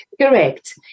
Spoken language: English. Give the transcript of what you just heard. Correct